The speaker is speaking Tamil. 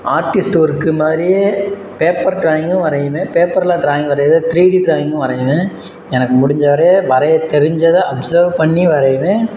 ஆர்டிஸ்ட்டு ஒர்க்கு மாதிரியே பேப்பர் ட்ராயிங்கும் வரைவேன் பேப்பரில் ட்ராயிங் வரைவேன் த்ரீ டி ட்ராயிங்கும் வரைவேன் எனக்கு முடிஞ்ச வரைய வரைய தெரிஞ்சதை அப்ஸர்வ் பண்ணி வரைவேன்